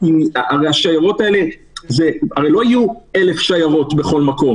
הרי לא יהיו 1,000 שיירות בכל מקום.